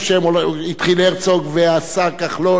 והשר כחלון אחז בשור